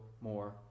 more